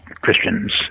Christians